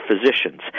physicians